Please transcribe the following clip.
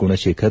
Gunashekar